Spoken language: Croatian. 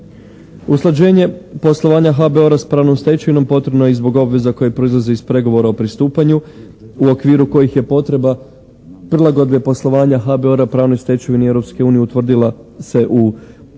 Usklađenje poslovanja HBOR-a s pravnom stečevinom potrebno je i zbog obveza koje proizlaze iz pregovora o pristupanju u okviru kojih je potreba prilagodbe poslovanja pravnoj stečevini Europske unije